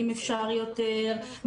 אם אפשר יותר,